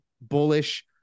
bullish